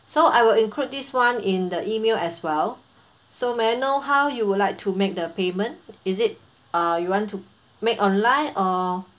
so I will include this [one] in the E-mail as well so may I know how you would like to make the payment is it uh you want to make online or